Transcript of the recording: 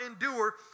endure